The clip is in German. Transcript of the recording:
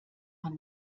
man